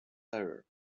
tyre